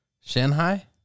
Shanghai